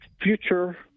future